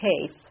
case